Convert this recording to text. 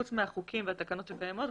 חוץ מהחוקים והתקנות שקיימות,